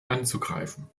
anzugreifen